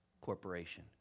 Corporation